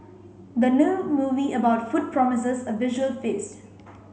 the new movie about food promises a visual feast